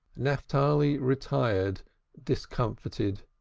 naphtali retired discomfited.